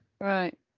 right